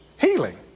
healing